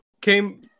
came